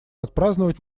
отпраздновать